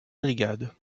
brigade